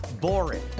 boring